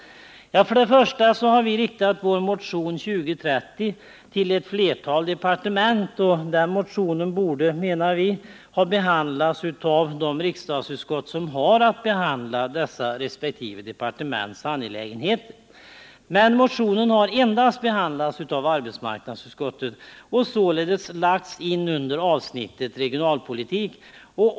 Vi har riktat vår motion 2030 till ett flertal departement och den borde, menar vi, ha behandlats av de riksdagsutskott som har att behandla dessa resp. departements angelägenheter. Men motionen har endast behandlats av arbetsmarknadsutskottet och således lagts in under avsnittet regionalpolitik.